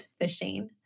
fishing